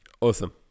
awesome